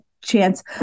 chance